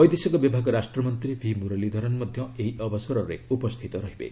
ବୈଦେଶିକ ବିଭାଗ ରାଷ୍ଟ୍ରମନ୍ତ୍ରୀ ଭି ମୁରଲୀଧରନ୍ ମଧ୍ୟ ଏହି ଅବସରରେ ଉପସ୍ଥିତ ରହିବେ